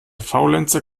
faulenzer